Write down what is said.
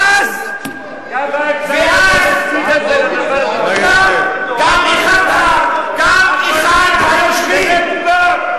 ואז, ואז קם אחד היושבים, תרד כבר, מנוול.